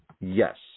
Yes